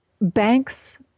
banks